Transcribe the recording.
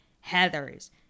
Heather's